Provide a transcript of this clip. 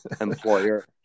employer